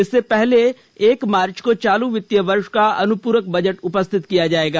इससे पहले एक मार्च को चालू वित्तीय वर्ष का अनुपूरक बजट उपस्थापित किया जाएगा